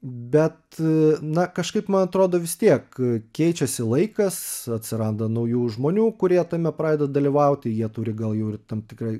bet na kažkaip man atrodo vis tiek keičiasi laikas atsiranda naujų žmonių kurie tame pradeda dalyvauti jie turi gal ir tam tikrą